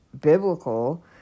biblical